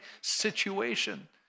situation